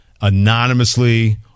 anonymously